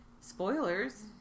spoilers